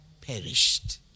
perished